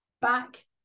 back